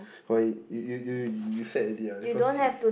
why you you you you sad already ah because he